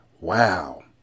Wow